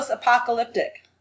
Apocalyptic